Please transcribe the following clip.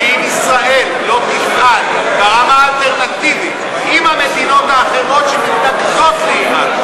שאם ישראל לא תפעל ברמה האלטרנטיבית עם המדינות האחרות שמתנגדות לאיראן,